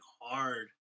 hard